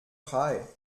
frei